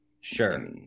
Sure